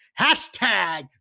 Hashtag